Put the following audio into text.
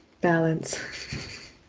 balance